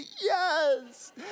Yes